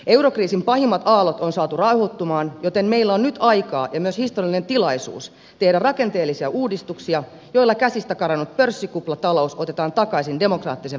eurokriisin pahimmat aallot on saatu rauhoittumaan joten meillä on nyt aikaa ja myös historiallinen tilaisuus tehdä rakenteellisia uudistuksia joilla käsistä karannut pörssikuplatalous otetaan takaisin demokraattisen vallan alle